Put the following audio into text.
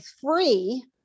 free